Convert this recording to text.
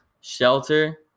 Shelter